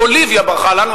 בוליביה ברחה לנו.